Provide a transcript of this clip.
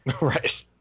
Right